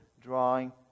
drawing